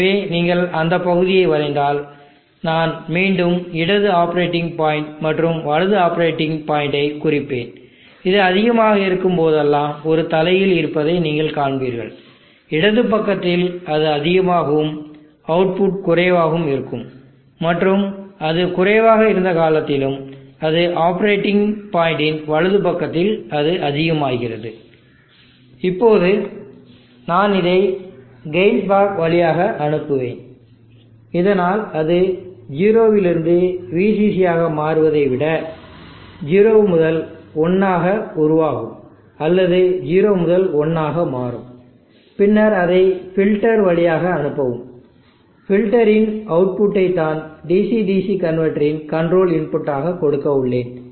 எனவே நீங்கள் அந்த பகுதியை வரைந்தால் நான் மீண்டும் இடது ஆப்பரேட்டிங் பாயிண்ட் மற்றும் வலது ஆப்பரேட்டிங் பாயிண்டை குறிப்பேன் இது அதிகமாக இருக்கும் போதெல்லாம் ஒரு தலைகீழ் இருப்பதை நீங்கள் காண்பீர்கள் இடது பக்கத்தில் அது அதிகமாகவும் அவுட்புட் குறைவாகவும் இருக்கும் மற்றும் அது குறைவாக இருந்த காலத்திலும் அது ஆப்பரேட்டிங் பாயிண்டின் வலது பக்கத்தில் அது அதிகமாகிறது இப்போது நான் இதை ஒரு கெயின் பிளாக் வழியாக அனுப்புவேன் இதனால் அது 0 விலிருந்து VCC ஆக மாறுவதை விட 0 முதல் 1 ஆக உருவாகும் அல்லது 0 முதல் 1 ஆக மாறும் பின்னர் அதை பில்டர் வழியாக அனுப்பவும் பில்டர் இன் அவுட்புட்டை தான் DC DC கன்வெர்ட்டர் இன் கண்ட்ரோல் இன்புட் ஆக கொடுக்க உள்ளேன்